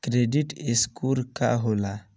Credit score का होला?